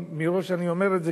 מראש אני אומר את זה,